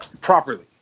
properly